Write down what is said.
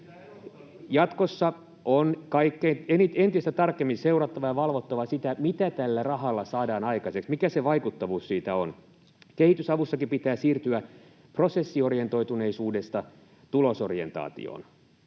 Jatkossa on entistä tarkemmin seurattava ja valvottava, mitä tällä rahalla saadaan aikaiseksi, mikä se vaikuttavuus on. Kehitysavussakin pitää siirtyä prosessiorientoituneisuudesta tulosorientaatioon.